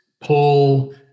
pull